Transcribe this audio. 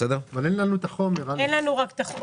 אין לנו את החומר, אלכס.